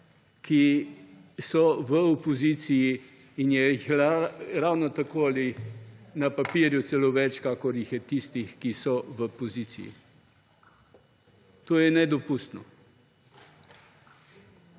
ki so v opoziciji in jih je ravno tako ali na papirju celo več, kakor je tistih, ki so v poziciji. To je nedopustno.